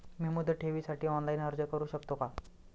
मी मुदत ठेवीसाठी ऑनलाइन अर्ज करू शकतो का?